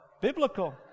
biblical